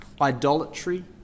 idolatry